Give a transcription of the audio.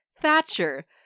Thatcher